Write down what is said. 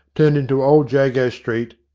turned into old jago street,